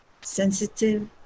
sensitive